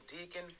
Deacon